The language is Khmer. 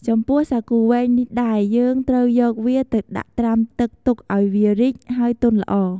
ចំពោះ សាគូវែងនេះដែរ យើងត្រូវយកវាទៅដាក់ត្រាំទឹកទុកអោយវារីក ហើយទន់ល្អ។